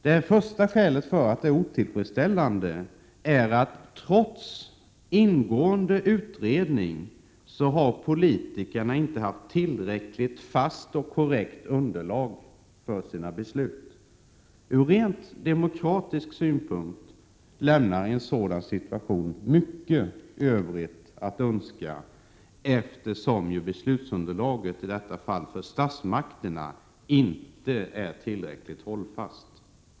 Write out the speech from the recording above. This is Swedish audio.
Det första skälet till att situationen måste betecknas som otillfredsställande är att politikerna trots ingående utredningar inte fått tillräckligt fast och korrekt underlag för sina beslut. Ur demokratisk synpunkt lämnar situationen mycket övrigt att önska, eftersom ju beslutsunderlaget för statsmakterna i detta fall inte är tillräckligt hållfast.